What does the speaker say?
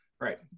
right